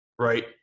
Right